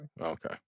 Okay